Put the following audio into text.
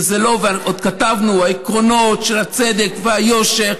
ועוד כתבנו: העקרונות של הצדק והיושר,